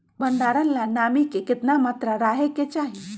भंडारण ला नामी के केतना मात्रा राहेके चाही?